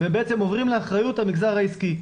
והם בעצם עוברים לאחריות המגזר העסקי.